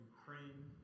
Ukraine